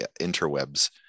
interwebs